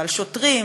על שוטרים,